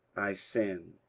i sin.